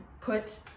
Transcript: put